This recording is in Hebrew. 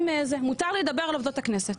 מותר לי לדבר על עובדות הכנסת.